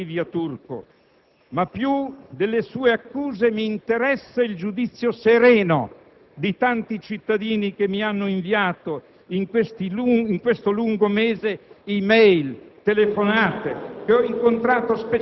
Mi spiace per il ministro Livia Turco, ma più delle sue accuse mi interessa il giudizio sereno di tanti cittadini che in questo lungo mese mi